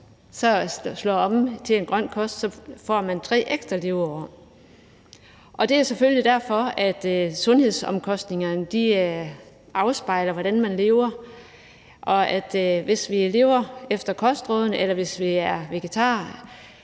slår om til en grøn kost, får man 3 ekstra leveår. Det er selvfølgelig derfor, at sundhedsomkostningerne afspejler, hvordan man lever, og hvis vi lever efter kostrådene eller vi er vegetarer